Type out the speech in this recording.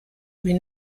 wie